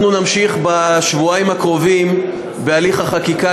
אנחנו נמשיך בשבועיים הקרובים בהליך החקיקה